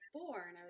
born